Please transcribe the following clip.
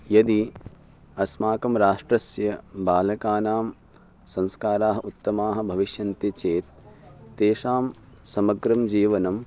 यदि अस्माकं राष्ट्रस्य बालकानां संस्काराः उत्तमाः भविष्यन्ति चेत् तेषां समग्रं जीवनं